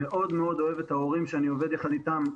מאוד מאוד אוהב את ההורים שאני עובד יחד איתם,